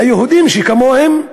ליהודים שכמוהם,